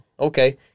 Okay